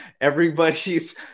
everybody's